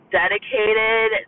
dedicated